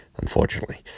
unfortunately